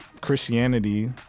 Christianity